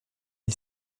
est